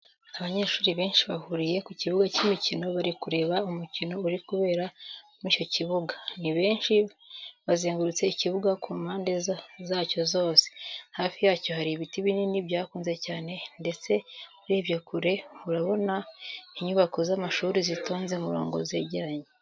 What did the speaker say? Abanyeshuri benshi bahuriye ku kibuga cy'imikino bari kureba umukino uri kubera muri icyo kibuga, ni benshi bazengurutse ikibuga ku mpande zacyo zose, hafi yacyo hari ibiti binini byakuze cyane ndetse urebye kure urahabona inyubako z'amashuri zitonze umurongo zegeranye.